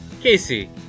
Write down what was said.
Casey